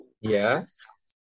Yes